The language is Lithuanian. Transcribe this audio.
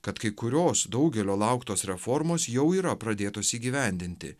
kad kai kurios daugelio lauktos reformos jau yra pradėtos įgyvendinti